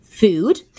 food